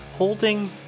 holding